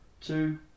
two